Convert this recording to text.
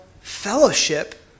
fellowship